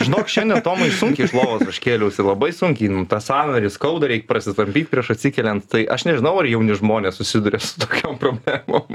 žinok šiandien tomai sunkiai iš lovos aš kėliausi labai sunkiai nu tą sąnarį skauda reik prasitampyt prieš atsikeliant tai aš nežinau ar jauni žmonės susiduria su tokiom problemom